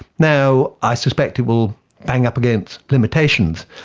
now, i suspect it will bang up against limitations,